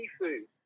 seafood